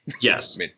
Yes